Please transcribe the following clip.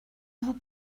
vous